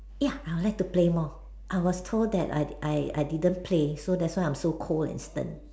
ya I would like to play more I was told that I I I didn't play so that's why I was so cold and stern